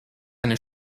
eine